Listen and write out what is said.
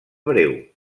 breu